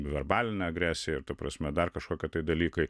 verbalinė agresija ir ta prasme dar kažkokie tai dalykai